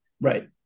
Right